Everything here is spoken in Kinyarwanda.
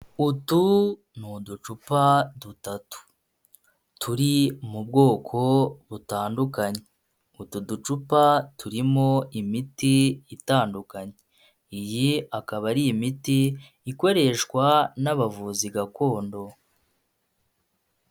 Utu ni uducupa dutatu .Turi mu bwoko butandukanye. Utu ducupa turimo imiti itandukanye. Iyi ikaba ari imiti, ikoreshwa n'abavuzi gakondo.